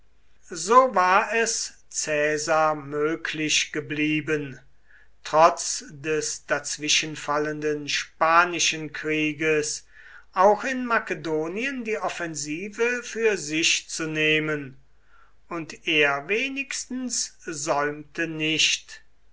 so war es caesar möglich geblieben trotz des dazwischenfallenden spanischen krieges auch in makedonien die offensive für sich zu nehmen und er wenigstens säumte nicht